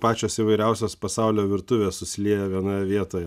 pačios įvairiausios pasaulio virtuvės susilieja vienoje vietoje